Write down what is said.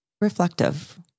reflective